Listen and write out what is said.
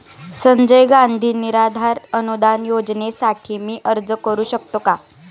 संजय गांधी निराधार अनुदान योजनेसाठी मी अर्ज करू शकतो का?